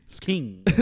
King